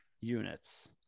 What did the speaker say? units